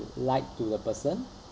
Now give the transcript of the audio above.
lied to the person